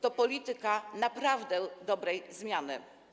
To polityka naprawdę dobrej zmiany.